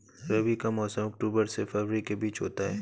रबी का मौसम अक्टूबर से फरवरी के बीच में होता है